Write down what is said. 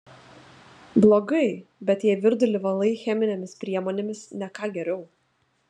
blogai bet jei virdulį valai cheminėmis priemonėmis ne ką geriau